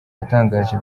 yatangaje